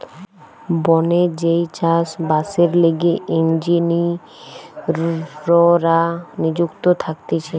বনে যেই চাষ বাসের লিগে ইঞ্জিনীররা নিযুক্ত থাকতিছে